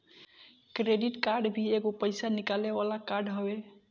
credit card भी एगो पईसा निकाले वाला कार्ड हवे